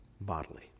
bodily